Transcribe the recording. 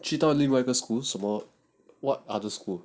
去到另外一个 school 什么 what other school